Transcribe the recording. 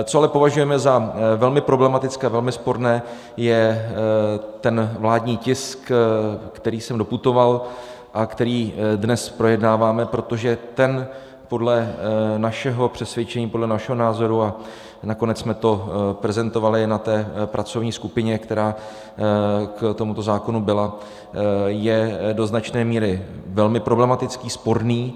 Co ale považujeme za velmi problematické a velmi sporné, je ten vládní tisk, který sem doputoval a který dnes projednáváme, protože ten podle našeho přesvědčení, podle našeho názoru, a nakonec jsme to prezentovali i na té pracovní skupině, která k tomuto zákonu byla, je do značné míry velmi problematický, sporný.